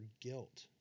guilt